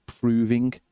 Proving